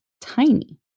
tiny